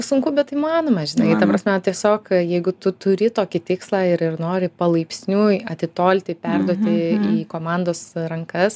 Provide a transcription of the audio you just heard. sunku bet įmanoma žinai ta prasme tiesiog jeigu tu turi tokį tikslą ir ir nori palaipsniui atitolti perduoti į komndos rankas